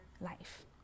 life